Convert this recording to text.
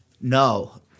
No